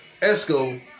Esco